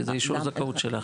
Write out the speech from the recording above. כי זה אישור זכאות שלך.